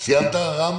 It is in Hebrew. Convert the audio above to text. סיימת, רם?